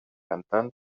cantant